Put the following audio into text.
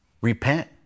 Repent